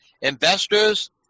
Investors